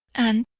and,